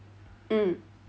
mm